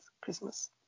Christmas